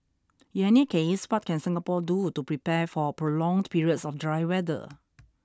in any case what can Singapore do to prepare for prolonged periods of dry weather